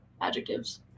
adjectives